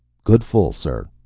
good full, sir.